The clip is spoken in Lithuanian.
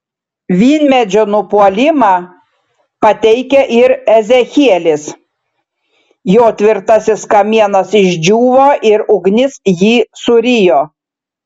vynmedžio nupuolimą pateikia ir ezechielis jo tvirtasis kamienas išdžiūvo ir ugnis jį surijo